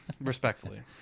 respectfully